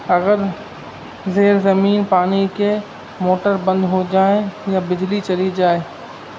اگر زیر زمین پانی کے موٹر بند ہو جائیں یا بجلی چلی جائے